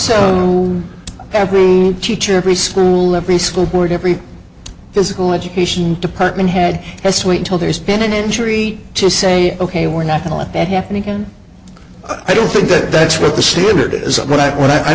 for every teacher every school every school board every physical education department head has wait until there's been an injury to say ok we're not gonna let that happen again i don't think that that's what the steward is about what i